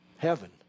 Heaven